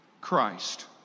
Christ